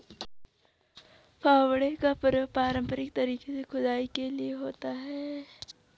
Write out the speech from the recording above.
फावड़े का प्रयोग पारंपरिक तरीके से खुदाई के लिए होता है